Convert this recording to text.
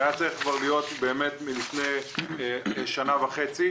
שהיה צריך כבר להיות מלפני שנה וחצי.